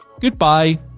Goodbye